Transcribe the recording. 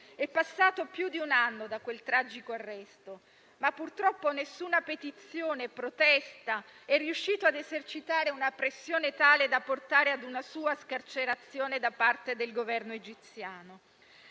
È passato più di un anno da quel tragico arresto, ma nessuna petizione e protesta è purtroppo riuscita a esercitare una pressione tale da portare a una sua scarcerazione da parte del Governo egiziano.